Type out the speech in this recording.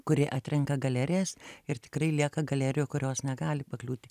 kuri atrenka galerijas ir tikrai lieka galerijų kurios negali pakliūti